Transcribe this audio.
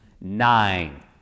Nine